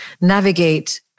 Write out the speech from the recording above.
navigate